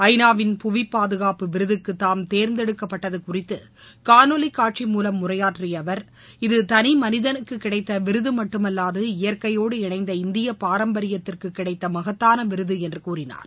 ஐநாவின் புவி பாதுகாப்பு விருதுக்கு தாம் தேர்ந்தெடுக்கப்பட்டது குறித்து காணொலி காட்சி மூலம் உரையாற்றிய அவர் இது தனி மனிதனுக்கு கிடைத்த விருது மட்டுமல்லாது இயற்கையோடு இணைந்த இந்திய பாரம்பரியத்திற்கு கிடைத்த மகத்தான விருது என்று கூறினார்